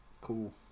Cool